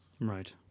Right